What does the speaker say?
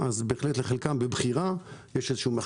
בהחלט לחלקם, על פי בחירה, יש קושי עם הבנקאות.